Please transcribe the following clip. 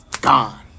Gone